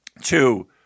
two